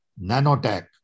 nanotech